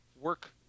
work